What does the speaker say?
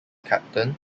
captain